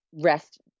Rest